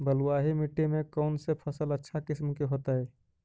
बलुआही मिट्टी में कौन से फसल अच्छा किस्म के होतै?